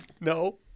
No